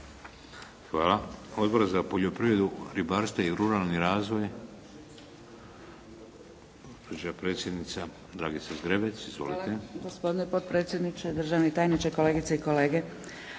Hvala. Odbor za poljoprivredu, ribarstvo i ruralni razvoj? Gospođa predsjednica, Dragica Zgrebec. Izvolite. **Zgrebec, Dragica (SDP)** Hvala. Gospodine potpredsjedniče, državni tajniče, kolegice i kolege.